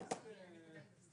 גם